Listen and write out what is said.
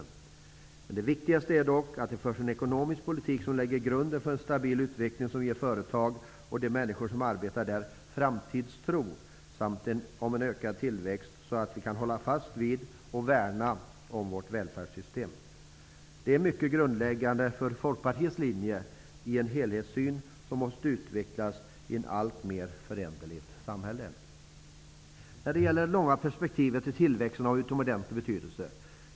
Men det viktigaste är dock att det förs en ekonomisk politik som lägger grunden för en stabil utveckling, som ger företag och de människor som arbetar där framtidstro, samt en ökad tillväxt så att vi kan hålla fast vid och värna vårt välfärdssystem. Detta är mycket grundläggande för Folkpartiets linje och en helhetssyn som måste utvecklas i ett alltmer föränderligt samhälle. När det gäller det långa perspektivet är tillväxten av utomordentlig betydelse.